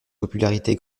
popularité